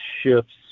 shifts